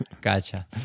Gotcha